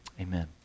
Amen